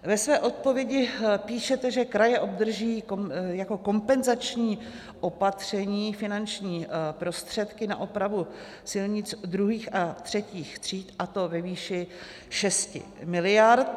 Ve své odpovědi píšete, že kraje obdrží jako kompenzační opatření finanční prostředky na opravu silnic druhých a třetích tříd, a to ve výši 6 miliard.